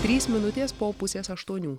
trys minutės po pusės aštuonių